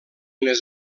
les